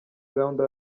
gahunda